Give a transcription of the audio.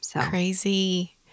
Crazy